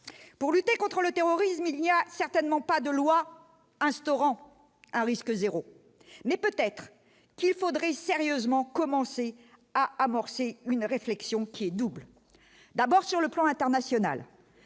pour lutter contre le terrorisme, il y a certainement pas de loi instaurant un risque 0, mais peut-être qu'il faudrait sérieusement commencer à amorcer une réflexion qui est double : d'abord sur le plan international